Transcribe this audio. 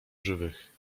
żywych